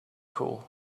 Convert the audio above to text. cool